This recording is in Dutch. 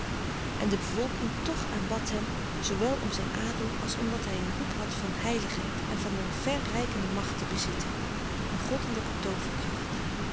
en de bevolking toch aanbad hem zoowel om zijn adel als omdat hij een roep had van heiligheid en van een vèrreikende macht te bezitten een goddelijke